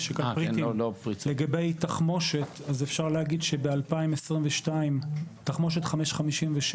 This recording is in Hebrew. לגבי תחמושת, אפשר להגיד שב-2022, תחמושת 5.56,